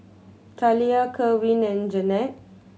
Talia Kerwin and Jeanette